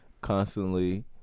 constantly